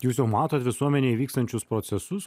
jūs jau matot visuomenėj vykstančius procesus